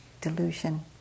Delusion